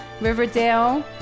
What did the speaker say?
Riverdale